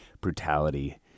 Brutality